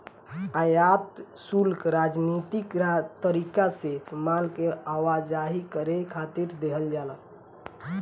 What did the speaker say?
आयात शुल्क राजनीतिक तरीका से माल के आवाजाही करे खातिर देहल जाला